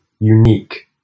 unique